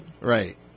right